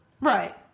right